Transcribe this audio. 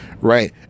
Right